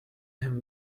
him